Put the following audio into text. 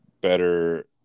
better